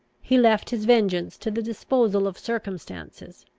he left his vengeance to the disposal of circumstances.